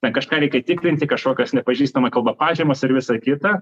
ten kažką reikia tikrinti kažkokios nepažįstama kalba pažymos ir visa kita